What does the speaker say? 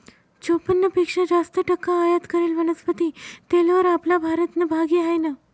चोपन्न पेक्शा जास्त टक्का आयात करेल वनस्पती तेलवर आपला भारतनं भागी हायनं